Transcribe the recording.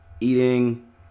eating